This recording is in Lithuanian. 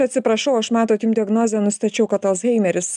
atsiprašau aš matot jum diagnozę nustačiau kad alzheimeris